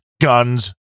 guns